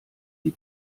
die